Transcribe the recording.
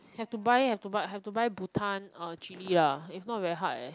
have to buy have to buy have to buy bhutan uh chilli ah if not very hard eh